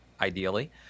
ideally